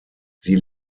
sie